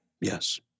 Yes